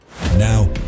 Now